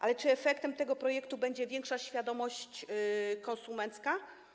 Ale czy efektem tego projektu będzie większa świadomość konsumencka?